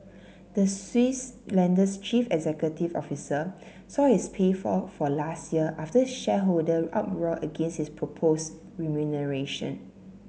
the Swiss lender's chief executive officer saw his pay fall for last year after shareholder uproar against his proposed remuneration